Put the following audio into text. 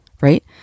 right